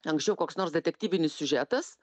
anksčiau koks nors detektyvinis siužetas